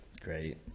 great